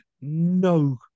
no